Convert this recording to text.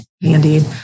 indeed